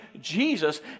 Jesus